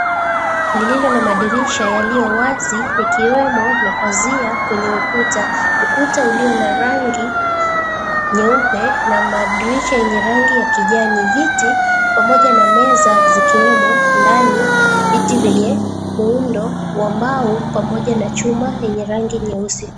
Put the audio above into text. Lililo na madirisha yaliyo wazi ikiwemo na pazia kwenye ukuta. Ukuta ulio na rangi nyeupe na madirisha yenye rangi ya kijani. Viti pamoja na meza zikiwemo ndani, viti venye muundo ambao pamoja na chuma yenye rangi nyeusi.